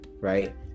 Right